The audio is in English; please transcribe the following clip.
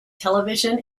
television